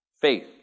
Faith